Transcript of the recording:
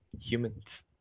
humans